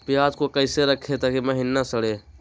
प्याज को कैसे रखे ताकि महिना सड़े?